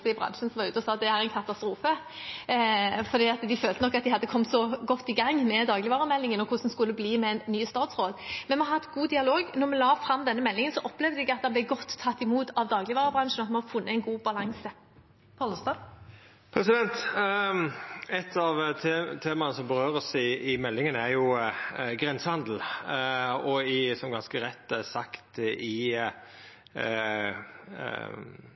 katastrofe, fordi de nok følte at de hadde kommet så godt i gang med dagligvaremeldingen og var usikre på hvordan det skulle bli med en ny statsråd. Men vi har hatt god dialog. Da vi la fram denne meldingen, opplevde jeg at den ble tatt godt imot av dagligvarebransjen, og at vi har funnet en god balanse. Eit av temaa som vert teke opp i meldinga, er grensehandel. Som det ganske rett er sagt, fokuserte ein i